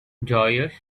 joyous